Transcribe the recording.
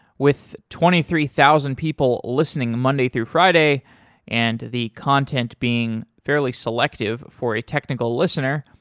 with twenty three thousand people listening monday through friday and the content being fairly selective for a technical listener,